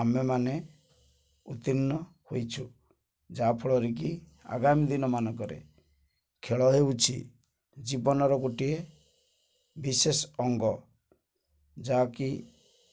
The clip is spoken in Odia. ଆମେମାନେ ଉତ୍ତୀର୍ଣ୍ଣ ହୋଇଛୁ ଯାହାଫଳରେ କି ଆଗାମୀ ଦିନମାନଙ୍କରେ ଖେଳ ହେଉଛି ଜୀବନର ଗୋଟିଏ ବିଶେଷ ଅଙ୍ଗ ଯାହାକି